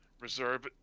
reserve